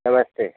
नमस्ते